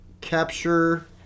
Capture